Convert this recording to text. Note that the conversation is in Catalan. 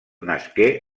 nasqué